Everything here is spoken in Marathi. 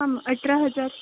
हां मग अठरा हजार